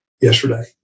yesterday